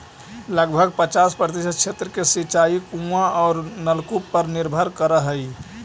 लगभग पचास प्रतिशत क्षेत्र के सिंचाई कुआँ औ नलकूप पर निर्भर करऽ हई